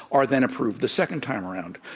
are then approved the second time around.